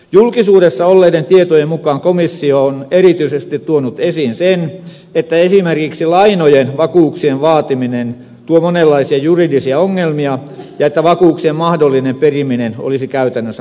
julkisuudessa olleiden tietojen mukaan komissio on erityisesti tuonut esiin sen että esimerkiksi lainojen vakuuksien vaatiminen tuo monenlaisia juridisia ongelmia ja että vakuuksien mahdollinen periminen olisi käytännössä mahdotonta